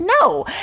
No